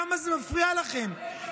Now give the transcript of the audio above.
למה זה מפריע לכם?